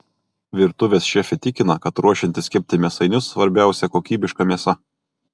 virtuvės šefė tikina kad ruošiantis kepti mėsainius svarbiausia kokybiška mėsa